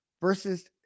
versus